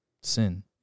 sin